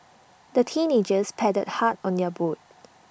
the teenagers paddled hard on their boat